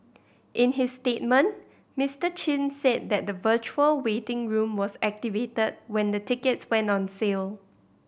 in his statement Mister Chin said that the virtual waiting room was activated when the tickets went on sale